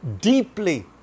deeply